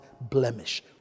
blemish